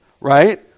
right